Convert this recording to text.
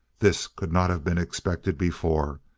this could not have been expected before,